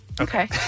Okay